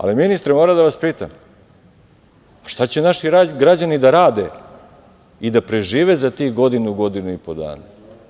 Ali, ministre, moram da vas pitam, šta će naši građani da rade i da prežive za tih godinu, godinu i po dana?